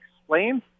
explain